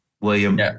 William